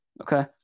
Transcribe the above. okay